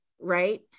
right